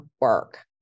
work